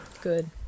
Good